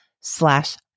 slash